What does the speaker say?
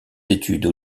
études